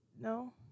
No